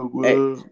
Hey